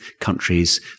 countries